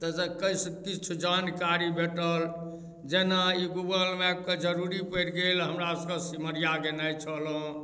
ताहसँ किछु जानकारी भेटल जेना ई गूगल मैपके जरूरी पड़ि गेल हमरा तऽ सिमरिआ गेनाइ छल हँ